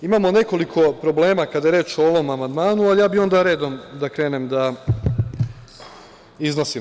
Imamo nekoliko problema kada je reč o ovom amandmanu, ali ja bih onda redom da krenem da iznosim.